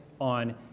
on